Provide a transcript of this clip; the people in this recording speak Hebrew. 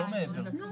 לא מעבר.